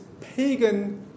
pagan